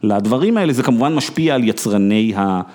לדברים האלה זה כמובן משפיע על יצרני ה...